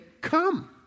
come